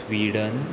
Sweden